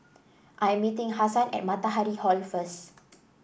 I am meeting Hasan at Matahari Hall first